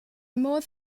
modd